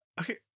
Okay